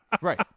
Right